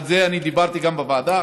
על זה אני דיברתי גם בוועדה.